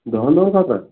دہَن دۄہن خٲطرا